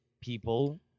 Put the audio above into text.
people